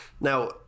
Now